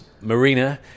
Marina